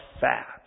fat